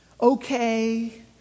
okay